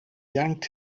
yanked